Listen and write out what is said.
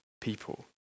people